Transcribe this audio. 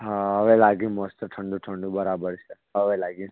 હા હવે લાગ્યું મસ્ત ઠંડુ ઠંડુ બરાબર છે હવે લાગ્યું